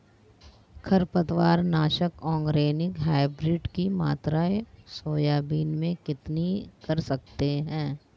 खरपतवार नाशक organic hybrid की मात्रा सोयाबीन में कितनी कर सकते हैं?